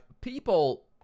People